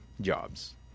jobs